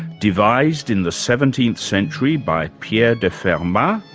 devised in the seventeenth century by pierre de fermat,